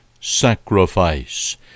sacrifice